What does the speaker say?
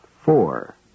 four